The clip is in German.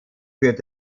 führt